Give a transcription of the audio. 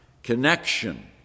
Connection